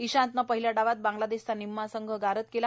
इशांतने पहिल्या डावात बांगलादेशचा निम्मा संघ गारद केला